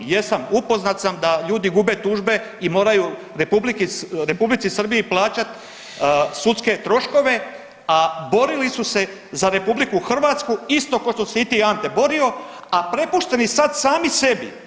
Jesam, upoznat sam da ljudi gube tužbe i moraju R. Srbiji plaćati sudske troškove, a borili su se za RH isto kao što si se i ti, Ante borio, a prepušteni sad sami sabi.